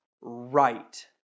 right